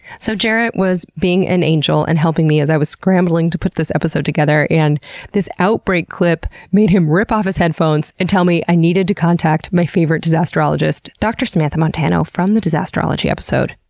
so, jarrett was being an angel and helping me as i was scrambling to put this episode together, and this outbreak clip made him rip off his headphones and tell me i needed to contact my favorite disasterologist dr. samantha montano from the disasterology episode,